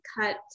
cut